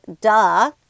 Duh